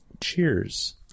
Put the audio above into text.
cheers